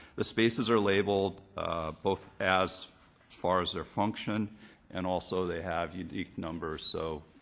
the spaces are labeled both as far as their function and also they have unique numbers, so